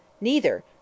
Neither